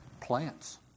plants